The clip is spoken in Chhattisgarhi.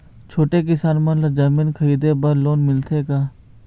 छोटे किसान मन ला जमीन खरीदे बर लोन मिलथे का?